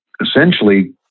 essentially